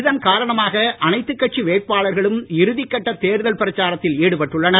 இதன் காரணமாக அனைத்துக் கட்சி வேட்பாளர்களும் இறுதிக்கட்ட தேர்தல் பிரச்சாரத்தில் ஈடுபட்டுள்ளனர்